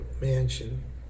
mansion